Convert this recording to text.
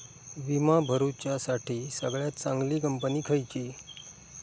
विमा भरुच्यासाठी सगळयात चागंली कंपनी खयची?